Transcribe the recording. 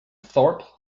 thorpe